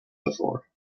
before